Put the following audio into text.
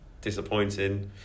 disappointing